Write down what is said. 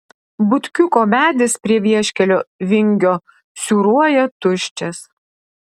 butkiuko medis prie vieškelio vingio siūruoja tuščias